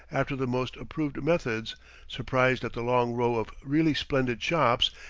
after the most approved methods surprised at the long row of really splendid shops,